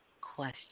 question